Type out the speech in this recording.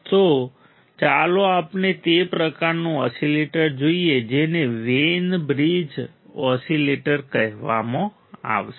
તો ચાલો આપણે તે પ્રકારનું ઓસીલેટર જોઈએ જેને વેઈન બ્રિજ ઓસીલેટર કહેવામાં આવે છે